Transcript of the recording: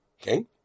okay